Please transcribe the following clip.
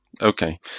okay